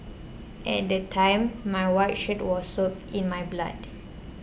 at the time my white shirt was soaked in my blood